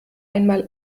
einmal